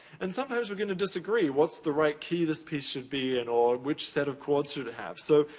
and sometimes we're gonna disagree. what's the right key this piece should be in or which set of chords should it have? so,